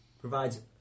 Provides